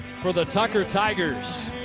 for the tucker tigers.